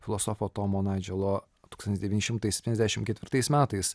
filosofo tomo naidželo tūkstantis devyni šimtai septyniasdešimt ketvirtais metais